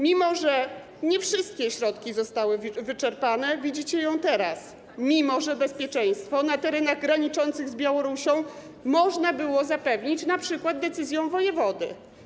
Mimo że nie wszystkie środki zostały wyczerpane, widzicie ją teraz, mimo że bezpieczeństwo na terenach graniczących z Białorusią można było zapewnić np. decyzją wojewody.